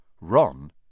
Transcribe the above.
Ron